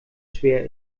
schwer